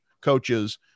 coaches